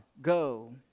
go